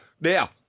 Now